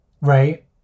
Right